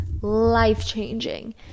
life-changing